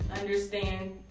understand